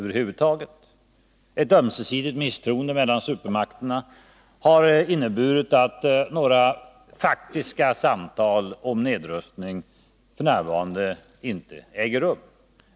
Ett ömsesidigt misstroende mellan supermakterna har inneburit att några faktiska samtal om nedrustning f. n. inte äger rum.